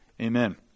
Amen